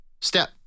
step